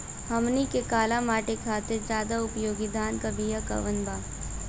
हमनी के काली माटी खातिर ज्यादा उपयोगी धान के बिया कवन बा?